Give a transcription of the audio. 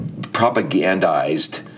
propagandized